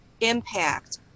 impact